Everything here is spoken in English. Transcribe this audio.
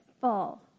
full